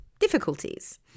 Difficulties